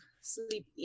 sleep